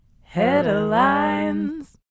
Headlines